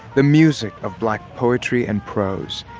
the music of black poetry and prose,